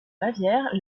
bavière